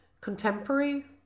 contemporary